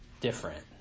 different